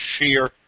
sheer